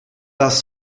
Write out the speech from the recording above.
das